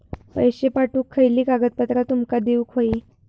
पैशे पाठवुक खयली कागदपत्रा तुमका देऊक व्हयी?